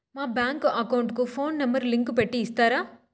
మా bank account కు phone number link పెట్టి ఇస్తారా?